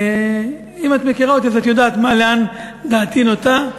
אם את מכירה אותי את יודעת לאן דעתי נוטה.